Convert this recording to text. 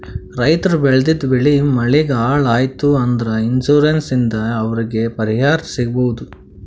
ರೈತರ್ ಬೆಳೆದಿದ್ದ್ ಬೆಳಿ ಮಳಿಗ್ ಹಾಳ್ ಆಯ್ತ್ ಅಂದ್ರ ಇನ್ಶೂರೆನ್ಸ್ ಇಂದ್ ಅವ್ರಿಗ್ ಪರಿಹಾರ್ ಸಿಗ್ಬಹುದ್